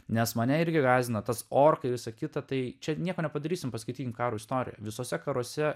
nes mane irgi gąsdina tas orkai visa kita tai čia nieko nepadarysime paskaitykime karo istoriją visuose karuose